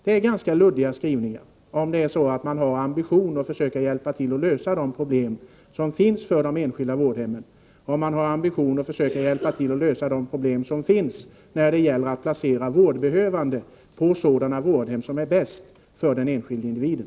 Det är ganska luddiga skrivningar, om man har ambitionen att försöka hjälpa till med att lösa de problem som de enskilda vårdhemmen har och om man vill ha ambitionen att försöka hjälpa till att lösa de problem som finns när det gäller att placera vårdbehövande på sådana vårdhem som är bäst för den enskilde individen.